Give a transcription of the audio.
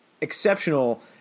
exceptional